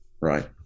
Right